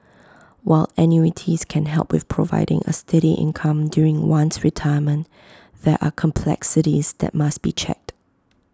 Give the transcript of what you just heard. while annuities can help with providing A steady income during one's retirement there are complexities that must be checked